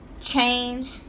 change